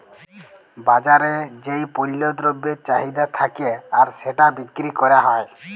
বাজারে যেই পল্য দ্রব্যের চাহিদা থাক্যে আর সেটা বিক্রি ক্যরা হ্যয়